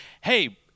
hey